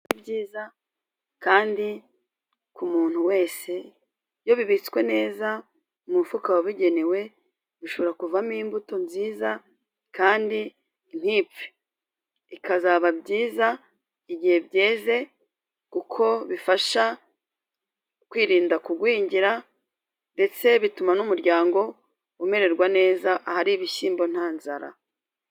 Ibishyimbo ni byiza kandi ku muntu wese. Iyo bibitswe neza mu mufuka wabugenewe, bishobora kuvamo imbuto nziza, kandi ntipfe. Ikazaba nziza igihe byeze, kuko bifasha kwirinda kugwingira, ndetse bituma n'umuryango umererwa neza. Ahari ibishyimbo nta nzara.